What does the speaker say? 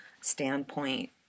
standpoint